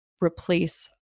replace